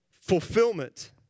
fulfillment